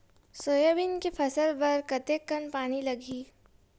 Soybean के फसल बर कतेक कन पानी लगही?